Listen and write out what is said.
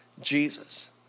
Jesus